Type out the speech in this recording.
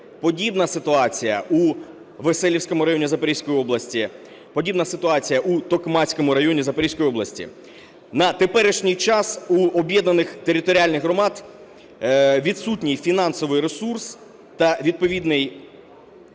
Подібна ситуація у Веселівському районі Запорізької області, подібна ситуація у Токмацькому районі Запорізької області. На теперішній час у об'єднаних територіальних громад відсутній фінансовий ресурс та відповідний